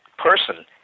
Person